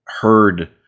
heard